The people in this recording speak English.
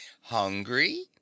Hungry